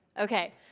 Okay